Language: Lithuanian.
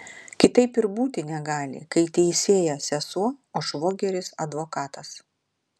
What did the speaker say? kitaip ir būti negali kai teisėja sesuo o švogeris advokatas